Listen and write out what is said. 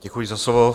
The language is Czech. Děkuji za slovo.